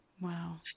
Wow